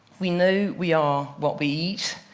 we know we are what we eat.